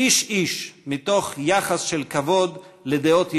איש איש, מתוך יחס של כבוד לדעות יריבו,